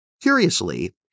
Curiously